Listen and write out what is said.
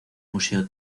museo